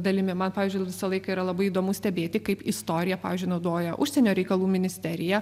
dalimi mat pavyzdžiui visą laiką yra labai įdomu stebėti kaip istoriją pavyzdžiui naudoja užsienio reikalų ministerija